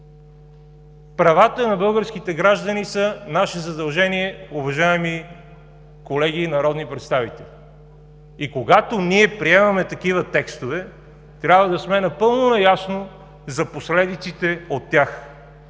Правата на българските граждани са наше задължение, уважаеми колеги народни представители, и когато приемаме такива текстове, трябва да сме напълно наясно за последиците от тях.